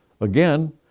Again